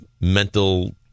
mental